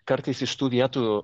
kartais iš tų vietų